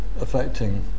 affecting